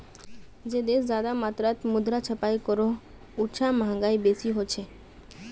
जे देश ज्यादा मात्रात मुद्रा छपाई करोह उछां महगाई बेसी होछे